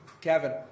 Kevin